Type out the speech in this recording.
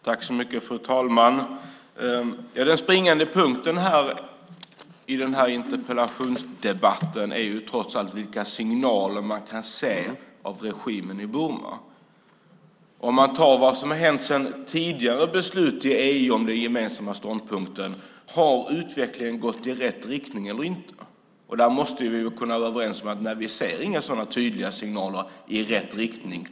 Fru talman! Den springande punkten i den här interpellationsdebatten är trots allt vilka signaler man kan se av regimen i Burma. Har utvecklingen sedan tidigare beslut i EU om den gemensamma ståndpunkten gått i rätt riktning eller inte? Där måste vi kunna vara överens om att vi inte ser några sådana tydliga signaler i rätt riktning.